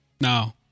No